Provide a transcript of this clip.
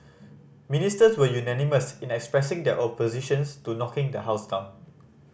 ministers were unanimous in expressing their opposition to knocking the house down